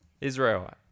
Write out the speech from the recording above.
israel